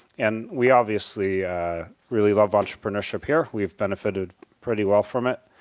and we obviously really love entrepreneurship here. we've benefited pretty well from it.